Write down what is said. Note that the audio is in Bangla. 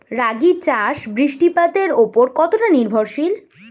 রাগী চাষ বৃষ্টিপাতের ওপর কতটা নির্ভরশীল?